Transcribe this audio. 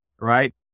right